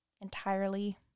entirely